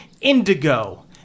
Indigo